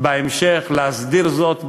בהמשך להסדיר זאת בחקיקה.